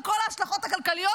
על כל ההשלכות הכלכליות,